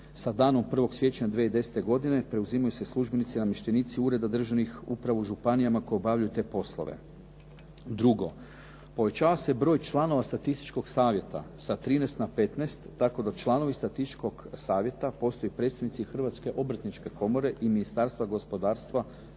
Sa danom 1. siječnja 2010. godine preuzimaju se službenici i namještenici ureda državnih uprava u županijama koje obavljaju te poslove. Drugo, povećava se broj članova statističkog savjeta sa 13 na 15 tako da članovi statističkog savjeta postaju predstavnici Hrvatske obrtničke komore i Ministarstva gospodarstva, rada